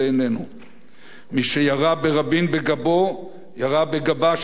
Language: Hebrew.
מי שירה ברבין בגבו, ירה בגבה של החברה הישראלית,